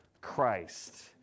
Christ